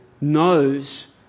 knows